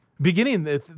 Beginning